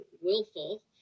willful